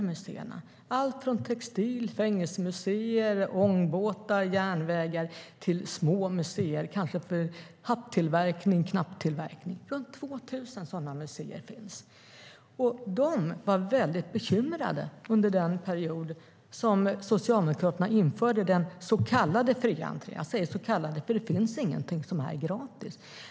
Det handlar om allt från textil, fängelser, ångbåtar, järnvägar till små museer, kanske för hattillverkning och knapptillverkning. Det finns runt 2 000 sådana museer. De var väldigt bekymrade när Socialdemokraterna införde den så kallade fria entrén - jag säger "så kallade", för det finns ingenting som är gratis.